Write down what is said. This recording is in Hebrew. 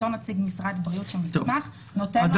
אותו נציג מוסמך של משרד הבריאות נותן לו מענה.